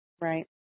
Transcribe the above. Right